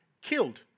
killed